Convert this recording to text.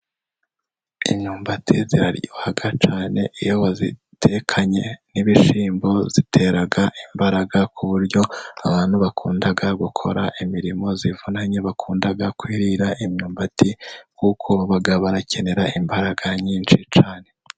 Imyumbati iraryoha cyane, iyo bayitekanye n'ibishyimbo itera imbaraga, ku buryo abantu bakunda gukora imirimo zivunanye, bakunda kwirira imyumbati, kuko baba barakenera imbaraga nyinshi cyane.